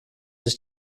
sich